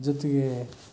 ಜೊತೆಗೆ